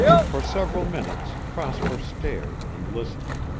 for several minutes prosper stared and listened.